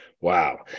Wow